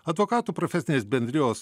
advokatų profesinės bendrijos